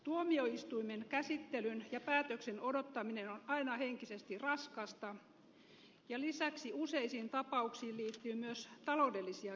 tuomioistuimen käsittelyn ja päätöksen odottaminen on aina henkisesti raskasta ja lisäksi useisiin tapauksiin liittyy myös taloudellisia kysymyksiä